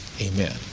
Amen